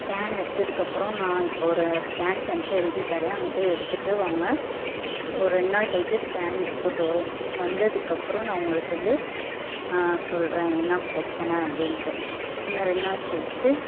scan எடுத்ததுக்கு அப்புறம் நான் இப்போது ஒரு ஸ்கேன் சென்ட்ரு எழுதி தரேன் அங்கே போய் எடுத்துகிட்டு வாங்க ஒரு ரெண்டு நாள் கழிச்சி ஸ்கேன் ரிப்போர்டு வரும் வந்ததுக்கப்புறம் நான் உங்களுக்கு வந்து சொல்கிறேன் என்ன பிரச்சின அப்படிண்டு நீங்கள் ரெண்டு நாள் கழிச்சி